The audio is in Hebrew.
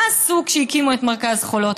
מה עשו כשהקימו את מרכז חולות?